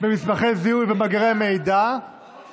במסמכי זיהוי ובמאגרי מידע, קריב, אתה מקוזז.